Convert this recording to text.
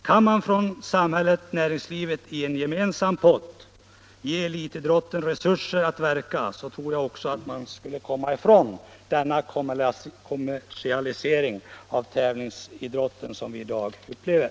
Kan samhället och näringslivet i en gemensam pott ge elitidrotten resurser att verka, tror jag att man också skulle komma ifrån den kommersialisering av tävlingsidrotten som vi i dag har.